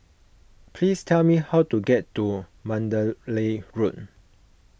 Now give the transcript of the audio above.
please tell me how to get to Mandalay Road